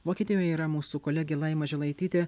vokietijoje yra mūsų kolegė laima žilaitytė